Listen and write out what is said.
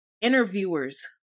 interviewers